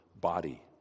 body